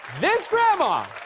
this grandma.